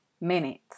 minutes